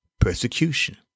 persecution